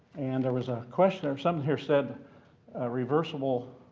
and there was a question or something here said reversible